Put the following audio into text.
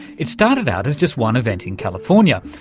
it started out as just one event in california,